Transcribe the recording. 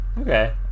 Okay